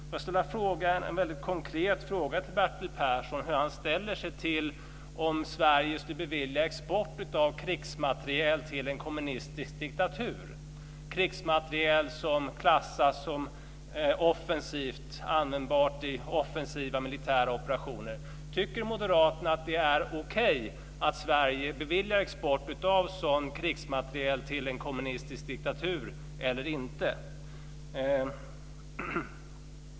Jag skulle vilja ställa en väldigt konkret fråga till Bertil Persson om hur han skulle ställa sig om Sverige skulle bevilja export av krigsmateriel till en kommunistisk demokrati - krigsmateriel som klassas som användbart i offensiva militära operationer. Tycker moderaterna att det är okej att Sverige beviljar export av sådan krigsmateriel till en kommunistisk diktatur eller inte?